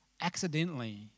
accidentally